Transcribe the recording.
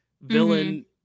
villain